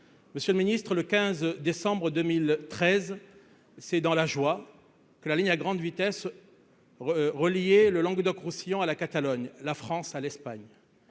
Monsieur le Ministre, le 15 décembre 2013, c'est dans la joie que la ligne à grande vitesse, relier le Languedoc-Roussillon et la Catalogne, la France à l'Espagne,